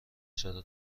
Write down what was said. چرا